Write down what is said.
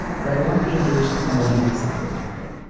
but i want to be engaged to someone who's excited about it.